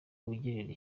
ugirira